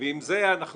ועם זה אנחנו